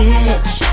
Bitch